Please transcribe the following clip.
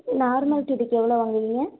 normal சுடிக்கு எவ்வளோ வாங்குவிங்க